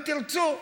אם תרצו,